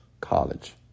college